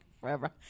forever